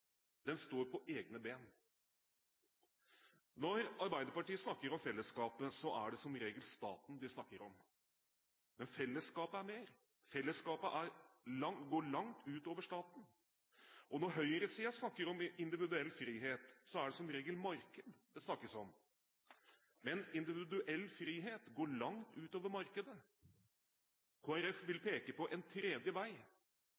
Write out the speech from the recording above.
Den er selvstendig. Den står på egne ben. Når Arbeiderpartiet snakker om fellesskapet, er det som regel staten de snakker om. Men fellesskapet er mer. Fellesskapet går langt utover staten. Når høyresiden snakker om individuell frihet, er det som regel markedet det snakkes om. Men individuell frihet går langt utover markedet. Kristelig Folkeparti vil peke på en tredje vei.